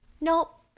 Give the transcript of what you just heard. nope